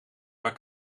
waar